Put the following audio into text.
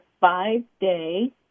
five-day